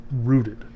rooted